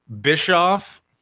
Bischoff